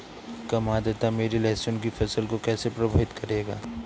कम आर्द्रता मेरी लहसुन की फसल को कैसे प्रभावित करेगा?